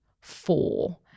four